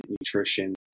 nutrition